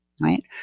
right